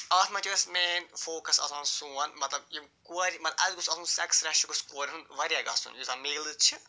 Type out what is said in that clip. اَتھ منٛز چھِ اَسہِ مین فوکَس آسان سون مطلب یِم کورِ یِمَن اَسہِ گوٚژھ آسُن سٮ۪کٕس ریشیو گَژھِ کورٮ۪ن ہُنٛد واریاہ گژھُن یُس زَنہٕ میلٕز چھِ